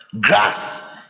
grass